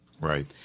Right